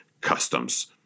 customs